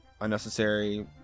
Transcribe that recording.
unnecessary